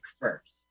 first